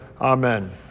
amen